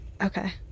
okay